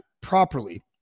properly